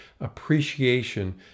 appreciation